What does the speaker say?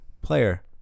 player